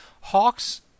Hawks